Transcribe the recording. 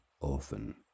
often